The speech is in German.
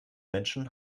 menschen